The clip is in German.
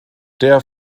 der